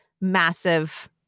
massive